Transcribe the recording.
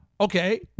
Okay